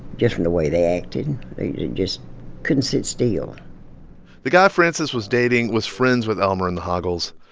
just from the way they acted. they just couldn't sit still the guy frances was dating was friends with elmer and the hoggles,